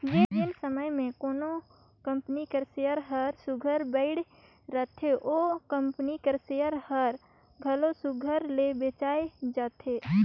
जेन समे में कोनो कंपनी कर सेयर हर सुग्घर बइढ़ रहथे ओ कंपनी कर सेयर हर घलो सुघर ले बेंचाए जाथे